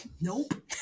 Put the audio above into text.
nope